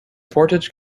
portage